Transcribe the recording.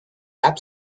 app